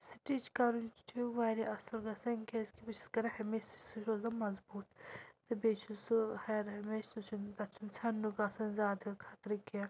stitch کَرُن چھُ واریاہ اصٕل گژھان کیازکہِ بہٕ چھَس کَران ہمیشہِ سُہ چھُ روزان مضبوٗط تہٕ بیٚیہِ چھُ سُہ ہر ہمیشہِ سُہ چھُنہٕ تَتھ چھُنہٕ ژھیٚننُک آسان زیادٕ خَطرٕ کیٚنٛہہ